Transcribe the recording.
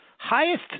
Highest